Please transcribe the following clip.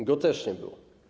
Jego też nie było.